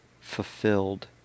fulfilled